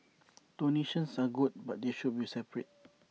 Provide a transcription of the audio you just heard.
donations are good but they should be separate